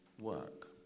work